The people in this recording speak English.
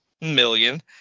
million